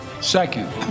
Second